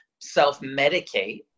self-medicate